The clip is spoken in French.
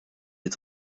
est